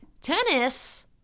Tennis